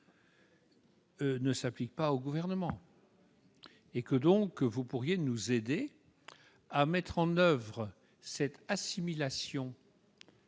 ne s'applique pas au Gouvernement. Ainsi, vous pourriez nous aider à mettre en oeuvre l'assimilation